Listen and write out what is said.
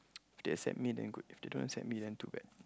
if they accept me then good if they don't accept me then too bad